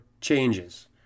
changes